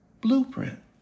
blueprint